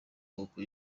moko